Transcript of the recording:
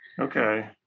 Okay